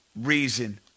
reason